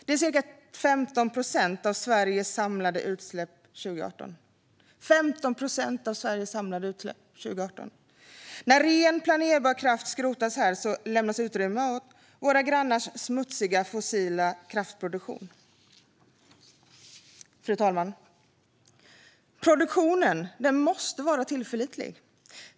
Det är ca 15 procent av Sveriges samlade utsläpp 2018. När ren planerbar kraft skrotas här lämnas utrymme för våra grannars smutsiga fossila kraftproduktion. Fru talman! Produktionen måste vara tillförlitlig.